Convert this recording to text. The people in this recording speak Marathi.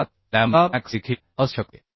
7 लॅम्बडा मॅक्स देखील असू शकते